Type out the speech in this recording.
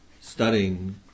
studying